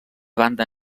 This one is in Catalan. banda